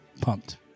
pumped